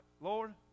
Lord